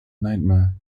nightmare